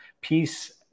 peace